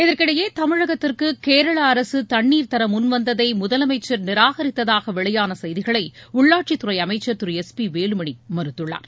இதற்கிடையே தமிழகத்திற்கு கேரள அரசு தண்ணீர் தர முன்வந்ததை முதலமைச்சர் நிராகரித்ததாக வெளியான செய்திகளை உள்ளாட்சித்துறை அமைச்சர் திரு எஸ் பி வேலுமணி மறுத்துள்ளார்